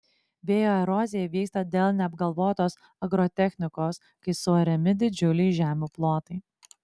vėjo erozija vyksta dėl neapgalvotos agrotechnikos kai suariami didžiuliai žemių plotai